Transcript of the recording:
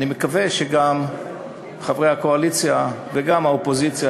אני מקווה שגם חברי הקואליציה וגם האופוזיציה